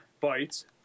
Bites